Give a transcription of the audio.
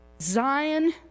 Zion